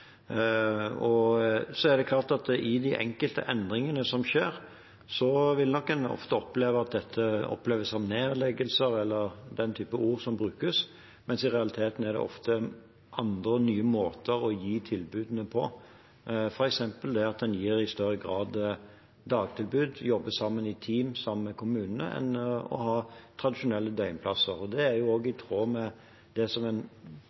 er klart at i de enkelte endringene som skjer, vil nok dette ofte oppleves som nedleggelser, eller at det er den type ord som brukes, mens det i realiteten ofte er andre og nye måter å gi tilbudene på, f.eks. at en i større grad gir dagtilbud, jobber sammen i team, sammen med kommunene, enn å ha tradisjonelle døgnplasser. Det er også i tråd med det en får av kunnskap om hva som